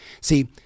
See